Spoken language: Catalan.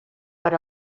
per